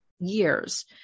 years